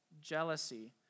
jealousy